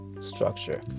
structure